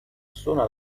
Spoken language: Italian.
suona